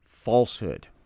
falsehood